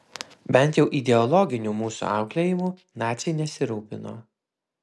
bent jau ideologiniu mūsų auklėjimu naciai nesirūpino